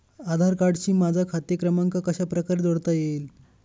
आधार कार्डशी माझा खाते क्रमांक कशाप्रकारे जोडता येईल?